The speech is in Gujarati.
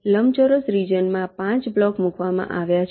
લંબચોરસ રિજન માં 5 બ્લોક મૂકવામાં આવ્યા છે